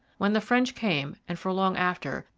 when the french came, and for long after,